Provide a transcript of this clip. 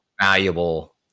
valuable